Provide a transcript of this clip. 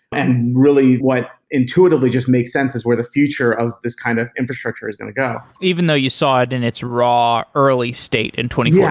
and really, what intuitively just makes sense is where the future of this kind of infrastructure is going to go. even though you saw it in its raw early state in two yeah